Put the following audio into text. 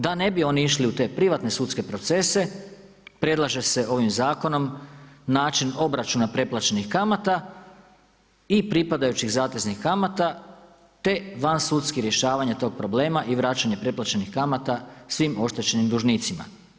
Da ne bi oni išli u te privatne sudske procese predlaže se ovim zakonom način obračuna preplaćenih kamata i pripadajućih zateznih kamata te vansudski rješavanja tog problema i vraćanja preplaćenih kamata svim oštećenim dužnicima.